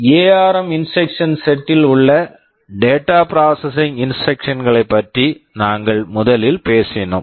ARM ARM instruction Instruction set set ல் உள்ள data processing data processing instruction Instruction களைப் பற்றி நாங்கள் முதலில் பேசினோம்